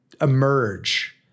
emerge